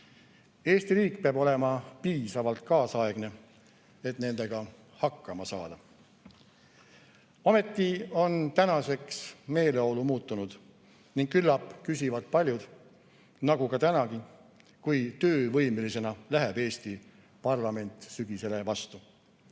Eesti riik peab olema piisavalt kaasaegne, et nendega hakkama saada. Ometi on tänaseks meeleolu muutunud ning küllap küsivad paljud tänagi, kui töövõimelisena läheb Eesti parlament sügisele vastu.